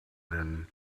than